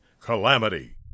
Calamity